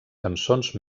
cançons